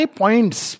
points